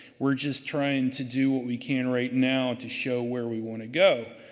we're just trying to do what we can right now to show where we want to go.